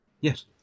Yes